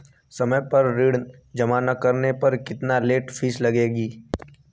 समय पर ऋण जमा न करने पर कितनी लेट फीस लगेगी?